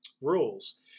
rules